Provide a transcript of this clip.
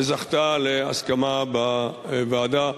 היא זכתה להסכמה בוועדה.